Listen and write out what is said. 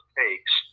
takes